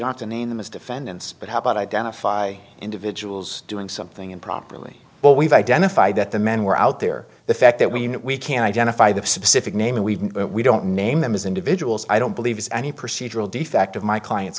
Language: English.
not to name them as defendants but how about identify individuals doing something improperly but we've identified that the men were out there the fact that we can identify the specific name and we we don't name them as individuals i don't believe it's any procedural defect of my client